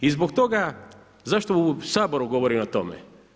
I zbog toga, zašto u Saboru govorim o tome?